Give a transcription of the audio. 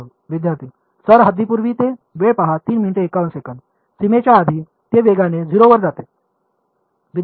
विद्यार्थीः सर हद्दीपूर्वी ते सीमेच्या आधी ते वेगाने 0 वर जावे